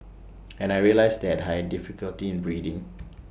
and I realised that I had difficulty in breathing